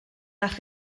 nach